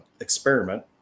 experiment